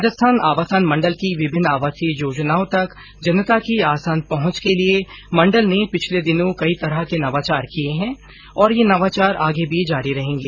राजस्थान आवासन मण्डल की विभिन्न आवासीय योजनाओं तक जनता की आसान पहुंच के लिए मण्डल ने पिछले दिनों कई तरह के नवाचार किए है और ये नवाचार आगे भी जारी रहेंगे